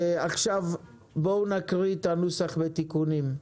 עכשיו בואו נקריא את הנוסח ותיקונים,